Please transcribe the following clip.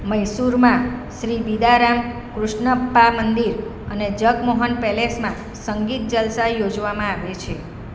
મૈસૂરમાં શ્રી બિદારામ કૃષ્ણપ્પા મંદિર અને જગમોહન પેલેસમાં સંગીત જલસા યોજવામાં આવે છે